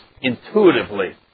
intuitively